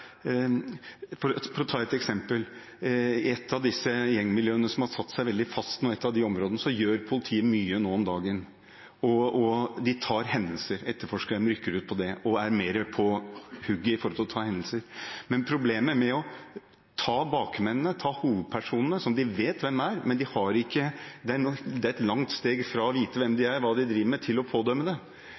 å ta et eksempel: I et av disse gjengmiljøene som har satt seg veldig fast nå, i et av disse områdene, gjør politiet mye nå om dagen. De rykker ut på hendelser, etterforsker dem og er mer på hugget når det gjelder å ta hendelser. Problemet er å ta bakmennene, ta hovedpersonene – som de vet hvem er. Men det er et langt steg fra å vite hvem de er, og hva de driver med, til å pådømme det.